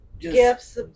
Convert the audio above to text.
gifts